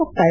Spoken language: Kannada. ಮುಕ್ತಾಯ